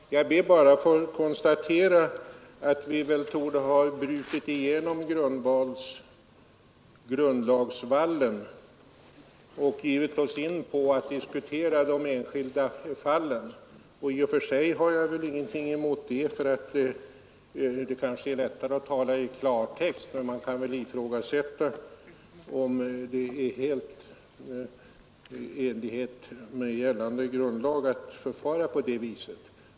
Fru talman! Jag ber bara få konstatera att vi väl torde ha brutit igenom grundlagsvallen och gett oss in på att diskutera de enskilda fallen. I och för sig har jag väl ingenting mot det. Kanske är det lättare att tala i klartext. Men man kan väl ifrågasätta om det är i enlighet med gällande grundlagar att förfara på det viset.